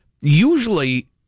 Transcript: usually